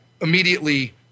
immediately